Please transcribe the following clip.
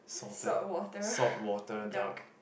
saltwater duck